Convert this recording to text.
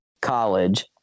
college